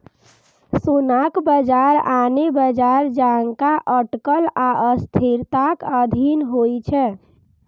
सोनाक बाजार आने बाजार जकां अटकल आ अस्थिरताक अधीन होइ छै